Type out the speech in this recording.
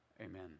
Amen